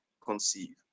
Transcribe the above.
conceive